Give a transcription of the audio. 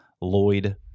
Lloyd